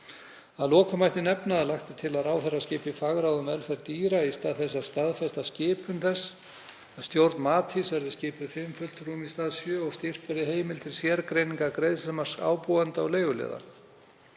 Að lokum mætti nefna að lagt er til að ráðherra skipi fagráð um velferð dýra í stað þess að staðfesta skipun þess, að stjórn Matís verði skipuð fimm fulltrúum í stað sjö og styrkt verði heimild til sérgreiningar greiðslumarks ábúenda og leiguliða.